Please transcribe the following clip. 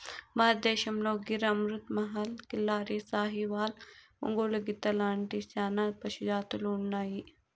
భారతదేశంలో గిర్, అమృత్ మహల్, కిల్లారి, సాహివాల్, ఒంగోలు గిత్త లాంటి చానా పశు జాతులు ఉన్నాయి